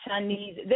Chinese